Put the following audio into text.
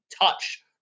touch